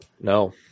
No